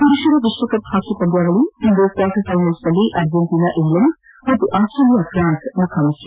ಪುರುಷರ ವಿಶ್ವಕಪ್ ಹಾಕಿ ಪಂದ್ವಾವಳಿ ಇಂದು ಕ್ವಾರ್ಟರ್ ಫೈನಲ್ಸ್ನಲ್ಲಿ ಅರ್ಜೆಂಟೀನಾ ಇಂಗ್ಲೆಂಡ್ ಆಸ್ಟೇಲಿಯ ಫ್ರಾನ್ಸ್ ಮುಖಾಮುಖಿ